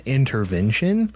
intervention